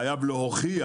חייב להוכיח,